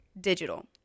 digital